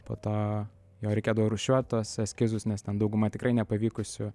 po to jo reikėdavo rūšiuot tuos eskizus nes ten dauguma tikrai nepavykusių